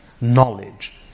knowledge